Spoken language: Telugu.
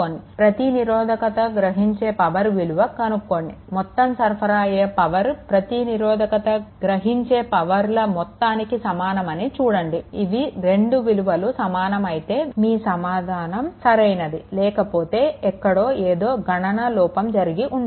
ప్రతి నిరోధకత గ్రహించే పవర్ విలువ కనుక్కోండి మొత్తం సరఫరా అయ్యే పవర్ ప్రతి నిరోధకత గ్రహించే పవర్ల మొత్తానికి సమానమని చూడండి ఇవి రెండు విలువలు సమానం అయితే మీ సమాధానం సరైనది లేకపోతే ఎక్కడో ఏదో గణన లోపం జరిగి ఉంటుంది